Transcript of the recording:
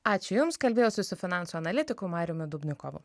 ačiū jums kalbėjausi su finansų analitiku mariumi dubnikovu